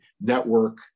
network